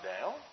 down